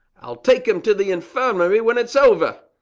i'll take him to the infirmary when it's over.